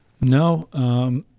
no